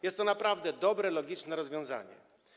Jest to naprawdę dobre, logiczne rozwiązanie.